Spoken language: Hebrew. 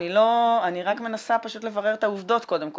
אני רק מנסה לברר את העובדות קודם כל,